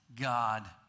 god